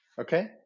Okay